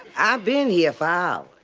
i've been here for hours.